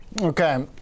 Okay